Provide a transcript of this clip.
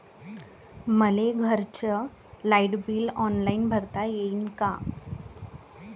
मले घरचं light bill online भरता येईन का?